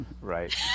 Right